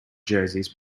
jerseys